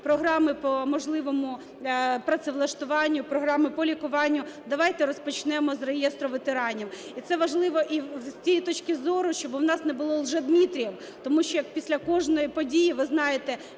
програми по можливому працевлаштуванню, програми по лікуванню. Давайте розпочнемо з реєстру ветеранів. І це важливо і з тієї точки зору, щоб у нас не було "лжедмитриев", тому що після кожної події, ви знаєте,